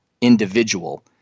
individual